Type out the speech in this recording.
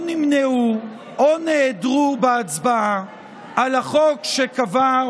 או נמנעו או נעדרו בהצבעה על החוק שקבע,